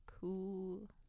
cool